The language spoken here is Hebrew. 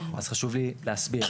אז חשוב לי להסביר,